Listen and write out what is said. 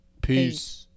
Peace